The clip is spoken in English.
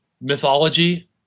mythology